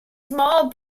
small